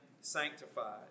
sanctified